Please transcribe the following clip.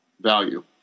value